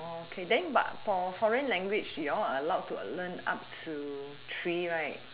okay then but for foreign language you all are allowed to learn up to three right